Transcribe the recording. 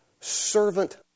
Servant